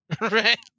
right